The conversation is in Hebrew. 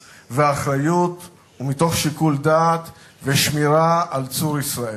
ואחריות ומתוך שיקול דעת ושמירה על צור ישראל.